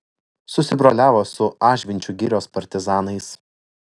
susibroliavo su ažvinčių girios partizanais